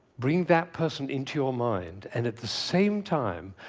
bring that person into your mind, and at the same time,